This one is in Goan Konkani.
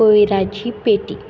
कोयराची पेटी